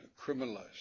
criminalized